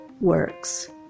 works